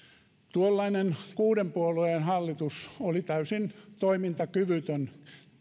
tuollainen kuuden puolueen hallitus oli täysin toimintakyvytön